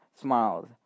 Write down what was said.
smiled